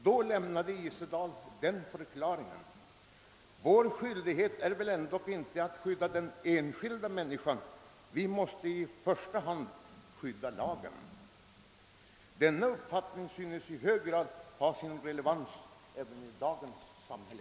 Den förklaring som Tor Isedal då lämnade var: Vår skyldighet är väl ändå inte att skydda den enskilda människan — vi måste i första hand skydda lagen. Denna uppfattning — som alltså framfördes i pjäsen — tycks i hög grad ha relevans i dagens samhälle.